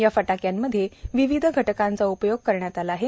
या फटाक्यांमध्ये विविध घटकांचा उपयोग करण्यात आला आहे